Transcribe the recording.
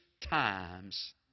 times